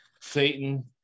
Satan